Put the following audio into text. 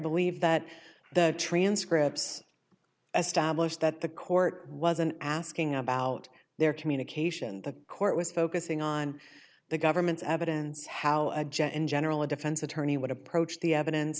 believe that the transcripts stablished that the court wasn't asking about their communication the court was focusing on the government's evidence how a judge in general a defense attorney would approach the evidence